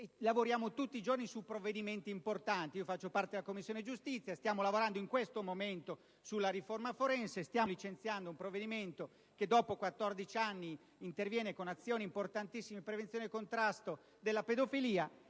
Lavoriamo tutti i giorni su provvedimenti importanti: faccio parte della Commissione giustizia, che sta lavorando in questo momento alla riforma della professione forense e inoltre stiamo licenziando un provvedimento che, dopo 14 anni, interviene con azioni importantissime di prevenzione e contrasto della pedofilia,